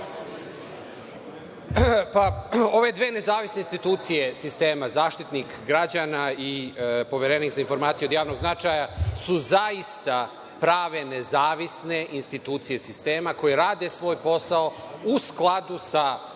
Hvala. Ove dve nezavisne institucije sistema Zaštitnik građana i Poverenik za informacije od javnog značaja su zaista prave nezavisne institucije sistema koje rade svoj posao u skladu sa